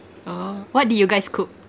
oh what did you guys cook